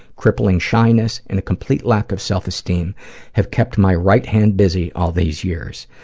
crippling shyness, and a complete lack of self-esteem have kept my right hand busy all these years.